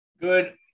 Good